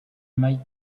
might